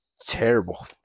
terrible